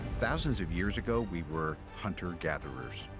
thousands of years ago, we were hunter-gatherers.